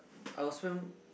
I will spend